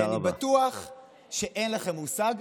אני בטוח שאין לכם מושג.